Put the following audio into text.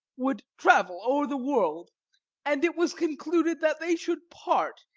would travel o'er the world and it was concluded that they should part,